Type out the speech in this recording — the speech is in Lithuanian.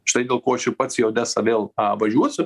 štai dėl ko aš ir pats į odesą vėl a važiuosiu